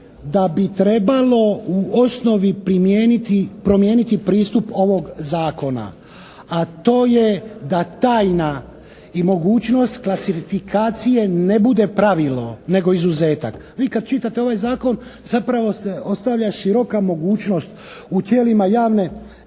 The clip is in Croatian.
da bi trebalo u osnovi promijeniti pristup ovog zakona, a to je da tajna i mogućnost klasifikacije ne bude pravilo, nego izuzetak. Vi kad čitate ovaj zakon zapravo se ostavlja široka mogućnost u tijelima javne